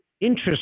interest